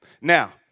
Now